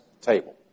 table